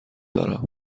دارم